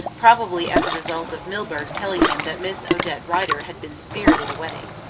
probably as a result of milburgh telling him that miss odette rider had been spirited away.